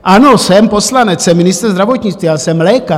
Ano, jsem poslanec, jsem ministr zdravotnictví, ale jsem lékař.